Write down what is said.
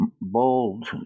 bold